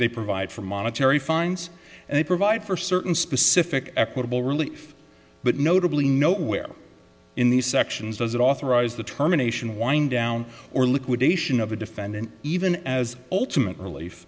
they provide for monetary fines and they provide for certain specific equitable relief but notably nowhere in these sections does it authorize the terminations wind down or liquidation of a defendant even as ultimate relief